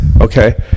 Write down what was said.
Okay